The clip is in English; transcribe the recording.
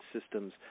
systems